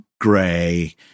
gray